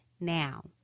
now